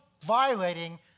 violating